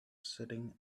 sitting